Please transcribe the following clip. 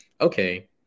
okay